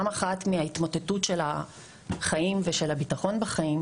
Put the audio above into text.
וההתמוטטות של החיים ושל הביטחון בחיים.